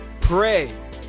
Pray